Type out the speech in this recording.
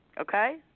okay